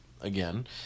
again